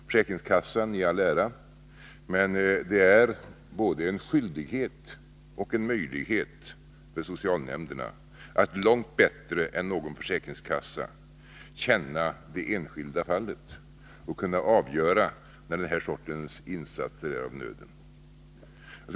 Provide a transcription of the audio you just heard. Försäkringskassan i all ära, men det är både en skyldighet och en möjlighet för socialnämnderna att långt bättre än någon försäkringskassa känna det enskilda fallet och kunna avgöra när den här sortens insatser är av ” nöden.